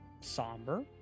somber